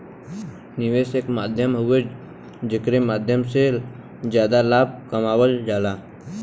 निवेश एक माध्यम हउवे जेकरे माध्यम से जादा लाभ कमावल जाला